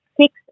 six